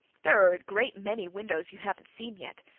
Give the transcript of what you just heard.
there are a great many windows you haven't seen yet,